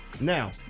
Now